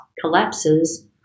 collapses